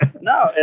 No